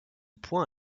point